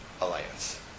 alliance